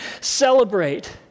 celebrate